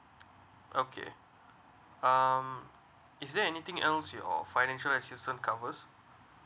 okay um is there anything else your financial assistance cover